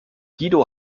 guido